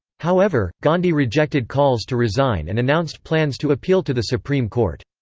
however, gandhi rejected calls to resign and announced plans to appeal to the supreme court.